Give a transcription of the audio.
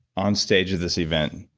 on stage of this event,